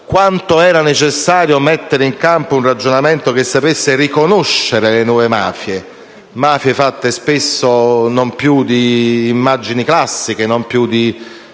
quanto fosse necessario mettere in campo un ragionamento che sapesse riconoscere le nuove mafie: mafie fatte spesso non più di immagini classiche, non più di